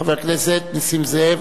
חבר הכנסת נסים זאב,